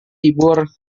libur